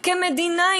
כמדינה,